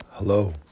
Hello